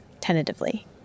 tentatively